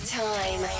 time